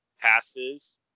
passes